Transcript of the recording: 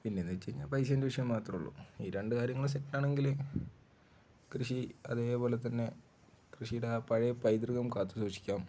പിന്നെ എന്നു വച്ചുകഴിഞ്ഞാല് പൈസേൻ്റെ വിഷയം മാത്രമേ ഉള്ളൂ ഈ രണ്ടു കാര്യങ്ങള് സെറ്റാണെങ്കില് കൃഷി അതേപോലെ തന്നെ കൃഷിയുടെ ആ പഴയ പൈതൃകം കാത്തു സൂക്ഷിക്കാം